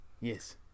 yes